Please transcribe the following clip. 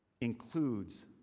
includes